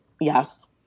yes